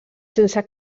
sense